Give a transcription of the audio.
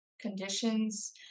conditions